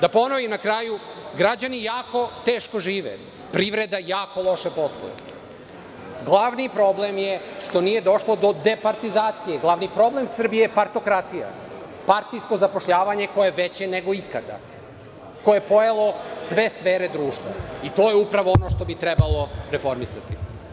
Da ponovim na kraju, građani jako teško žive, privreda jako loše posluje, glavni problem je što nije došlo do departizacije, glavni problem Srbije je partokratija, partijsko zapošljavanje koje je veće nego ikada, koje je pojelo sve sfere društva i to je upravo ono što bi trebalo reformisati.